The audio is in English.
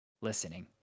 listening